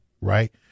right